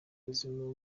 ubuzima